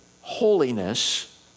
holiness